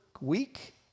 week